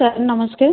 sir ନମସ୍କାର